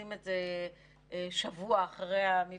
מקסום הפוטנציאל ההסברתי לאפקטיביות של הפעולה המדינית,